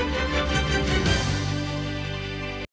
Дякую.